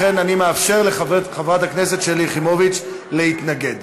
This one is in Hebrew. לכן, אני מאפשר לחברת הכנסת שלי יחימוביץ להתנגד,